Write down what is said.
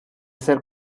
ser